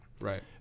Right